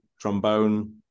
trombone